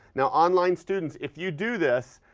now, online students, if you do this,